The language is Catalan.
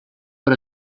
per